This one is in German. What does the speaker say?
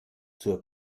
zur